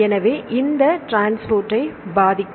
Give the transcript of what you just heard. எனவே இது இந்த டிரான்ஸ்போர்ட்ஐப் பாதிக்கும்